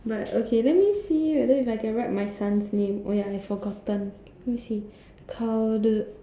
but okay let me see whether if I can write my son's name oh ya I forgotten let me see